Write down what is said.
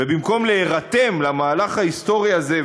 ובמקום להירתם למהלך ההיסטורי הזה,